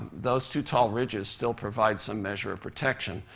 those two tall ridges still provide some measure of protection.